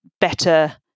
better